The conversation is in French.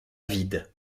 vide